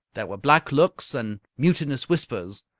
there were black looks and mutinous whispers.